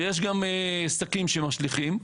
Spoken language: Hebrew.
ויש גם שקים שמשליכים.